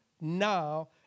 now